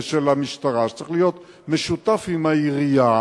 שצריך להיות משותף עם העירייה,